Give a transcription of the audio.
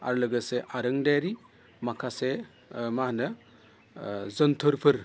आरो लोगोसे आरोंदायारि माखासे माहोनो जोनथोरफोर